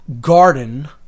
garden